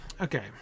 okay